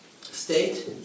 state